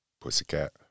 pussycat